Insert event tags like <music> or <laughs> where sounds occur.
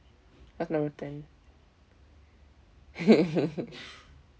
what's number ten <laughs>